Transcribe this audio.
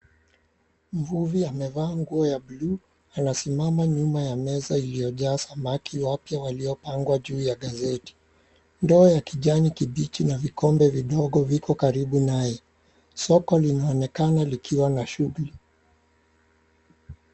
Mvuvi amevaa nguo ya blue anasimama nyuma ya meza iliyojaa samaki wapya waliopangwa juu ya gazeti. Ndoo ya kijani kibichi na vikombe vidogo viko karibu naye, soko linaonekana likiwa na shughuli.